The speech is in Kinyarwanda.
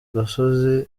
gasozi